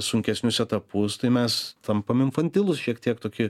sunkesnius etapus tai mes tampam infantilūs šiek tiek toki